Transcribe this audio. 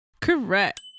Correct